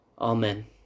Amen